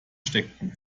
steckten